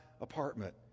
apartment